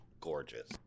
gorgeous